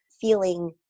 feeling